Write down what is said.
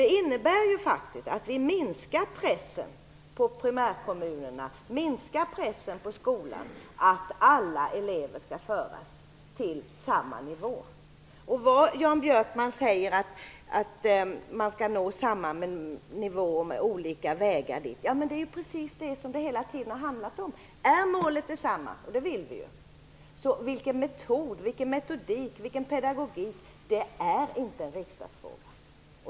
Det innebär att vi minskar pressen på primärkommunerna och på skolan att alla elever skall föras till samma nivå. Jan Björkman säger att de skall nå samma nivå på olika vägar, men det är precis det som det har handlat om hela tiden. Om målet är detsamma - det vill vi ju - är det inte en riksdagsfråga vilken metod, metodik och pedagogik man använder.